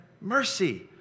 mercy